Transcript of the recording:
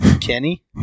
Kenny